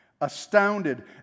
astounded